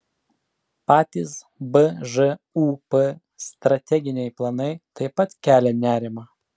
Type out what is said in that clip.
patys bžūp strateginiai planai taip pat kelia nerimą